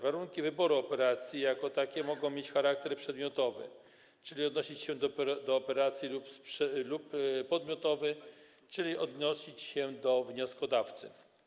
Warunki wyboru operacji jako takie mogą mieć charakter przedmiotowy, czyli odnosić się do operacji, lub podmiotowy, czyli odnosić się do wnioskodawcy.